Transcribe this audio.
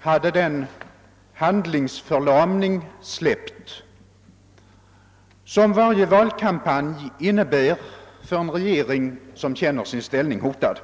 hade den handlingsförlamning släppt som en valkampanj innebär för en regering som känner sin ställning hotad.